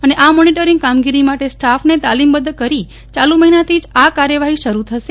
અને આ મોનીટરીંગ કામગીરી માટે સ્ટાફને તાલીમ બદ્ધ કરી ચાલુ મફિનાથી જ આ કાર્યવાફી શરુ થશે